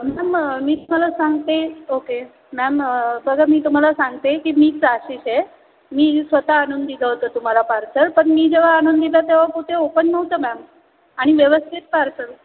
ma'am मी तुम्हाला सांगते ओके मॅम बघा मी तुम्हाला सांगते की मी त्रासिक ए मी स्वतः आणून दिलं होतं तुम्हाला पार्सल पण मी जेव्हा आणून दिलं तेव्हा कुठे ओपन नव्हतं मॅम आणि व्यवस्थित पार्सल